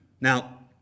Now